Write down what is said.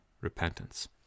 repentance